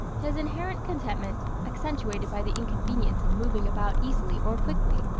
his inherent contentment, accentuated by the inconvenience of moving about easily or quickly,